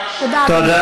תודה, אדוני.